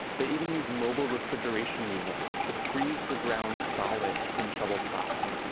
they even used mobile refrigeration units to freeze the ground solid in trouble spots.